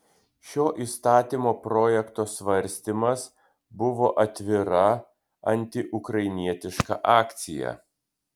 šio įstatymo projekto svarstymas buvo atvira antiukrainietiška akcija